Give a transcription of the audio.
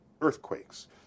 earthquakes